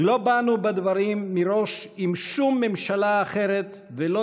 "לא באנו בדברים מראש עם שום ממשלה אחרת ולא